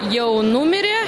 jau numirė